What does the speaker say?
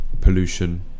pollution